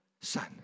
son